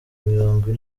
mirongo